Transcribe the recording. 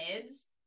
kids